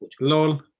lol